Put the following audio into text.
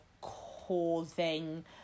causing